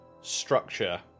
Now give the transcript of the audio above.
structure